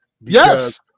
Yes